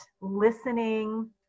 listening